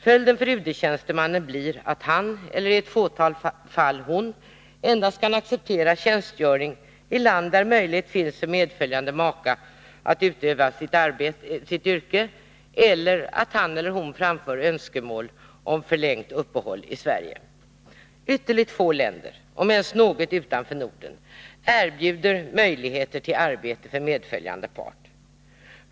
Följden för UD tjänstemannen blir att han — eller i ett fåtal fall hon — endast kan acceptera tjänstgöring i land där möjlighet finns för medföljande maka att utöva sitt yrke eller att han eller hon framför önskemål om förlängt uppehåll i Sverige. Ytterligt få länder, om ens något utanför Norden, erbjuder möjligheter till arbete för medföljande part.